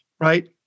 right